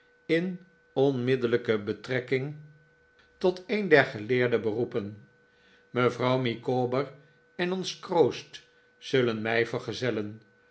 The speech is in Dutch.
in onmiddellijke betrekking tot een der geleerde beroepen mevrouw micawber en ons kroost zullen mij vergezellen